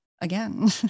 again